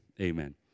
Amen